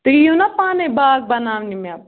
تُہۍ یِیِو نا پانَے باغ بَناونہِ مےٚ